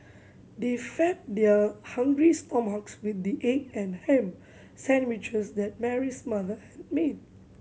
they fed their hungry stomachs with the egg and ham sandwiches that Mary's mother had made